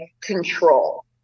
control